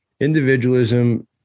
individualism